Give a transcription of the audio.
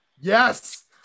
Yes